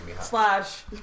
slash